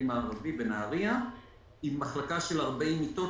המערבי בנהריה עם מחלקה של 40 מיטות.